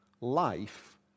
Life